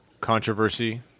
controversy